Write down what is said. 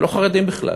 הם לא חרדים בכלל.